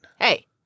hey